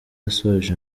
yasoje